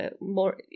more